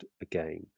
again